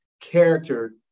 character